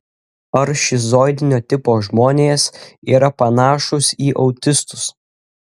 ar šizoidinio tipo žmonės yra panašūs į autistus